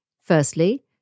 Firstly